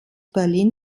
berlin